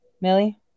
millie